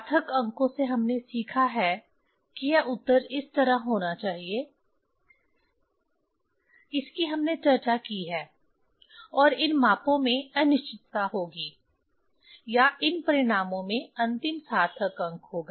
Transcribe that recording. सार्थक अंकों से हमने सीखा है कि यह उत्तर इस तरह का होना चाहिए इसकी हमने चर्चा की है और इन मापों में अनिश्चितता होगी या इन परिणामों में अंतिम सार्थक अंक होगा